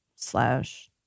slash